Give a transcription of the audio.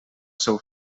seu